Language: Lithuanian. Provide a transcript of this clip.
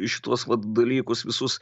į šituos vat dalykus visus